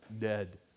dead